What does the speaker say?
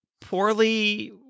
poorly